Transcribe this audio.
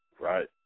right